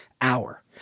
hour